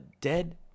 dead